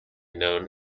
known